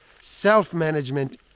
self-management